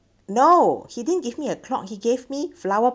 no he didn't give me a clock he gave me flower